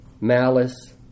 malice